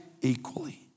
equally